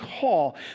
call